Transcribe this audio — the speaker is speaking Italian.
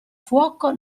fuoco